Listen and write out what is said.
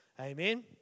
Amen